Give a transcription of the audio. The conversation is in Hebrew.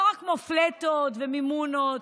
לא רק מופלטות ומימונה.